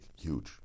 huge